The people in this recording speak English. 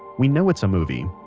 we know it's a movie.